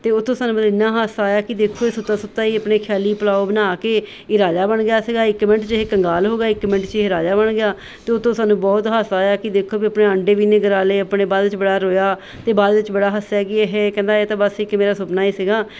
ਅਤੇ ਉਹ ਤੋਂ ਫਿਰ ਸਾਨੂੰ ਇਨਾ ਹਾਸਾ ਆਇਆ ਕਿ ਦੇਖੋ ਸੱਤਾ ਸੁੱਤਾ ਹੀ ਆਪਣੇ ਖਿਆਲੀ ਪਲਾਓ ਬਣਾ ਕੇ ਰਾਜਾ ਬਣ ਗਿਆ ਸੀਗਾ ਇੱਕ ਮਿੰਟ 'ਚ ਇਹ ਕੰਗਾਲ ਹੋ ਗਿਆ ਇੱਕ ਮਿੰਟ 'ਚ ਇਹ ਰਾਜਾ ਬਣ ਗਿਆ ਅਤੇ ਉਥੋਂ ਸਾਨੂੰ ਬਹੁਤ ਹਾਸਾ ਆਇਆ ਕਿ ਦੇਖੋ ਆਪਣੇ ਆਂਡੇ ਵੀ ਨੇ ਗਿਰਾ ਲਏ ਆਪਣੇ ਬਾਅਦ 'ਚ ਬੜਾ ਰੋਇਆ ਅਤੇ ਬਾਅਦ ਵਿੱਚ ਬੜਾ ਹੱਸਿਆ ਕਿ ਇਹ ਕਹਿੰਦਾ ਇਹ ਤਾਂ ਬਸ ਇੱਕ ਮੇਰਾ ਸੁਪਨਾ ਹੀ ਸੀਗਾ